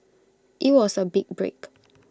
IT was A big break